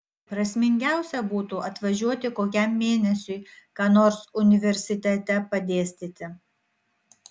prasmingiausia būtų atvažiuoti kokiam mėnesiui ką nors universitete padėstyti